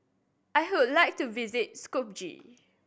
I would like to visit Skopje